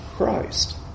Christ